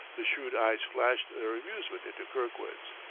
the shrewd eyes flashed their amusement into kirkwood's.